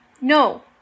No